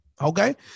okay